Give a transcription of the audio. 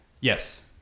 Yes